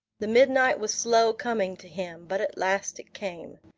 the midnight was slow coming to him but at last it came.